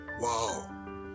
Wow